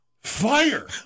Fire